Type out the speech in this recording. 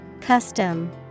Custom